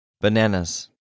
Bananas